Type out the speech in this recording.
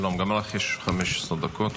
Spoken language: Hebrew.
בבקשה, גם לך יש 15 דקות.